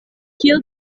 kiel